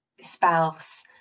spouse